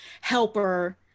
helper